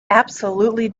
absolutely